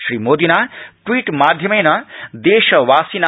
श्रीमोपिना ट्वीट्माध्येन ऐशवासिन